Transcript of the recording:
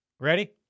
Ready